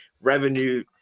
revenue